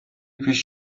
پیش